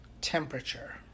temperature